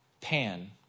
Pan